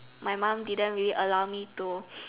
my mom didn't really allow me to